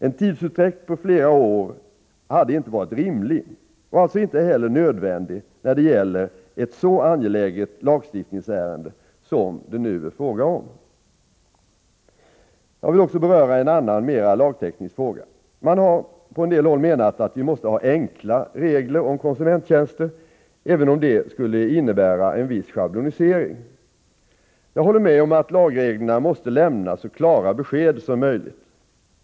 En tidsutdräkt på flera år hade inte varit rimlig och alltså inte heller nödvändig när det gäller ett så angeläget lagstiftningsärende som det nu är fråga om. Jag vill också beröra en annan, mera lagteknisk fråga. Man har på en del håll menat att vi måste ha enkla regler om konsumenttjänster, även om det skulle innebära en viss schablonisering. Jag håller med om att lagreglerna måste lämna så klara besked som möjligt.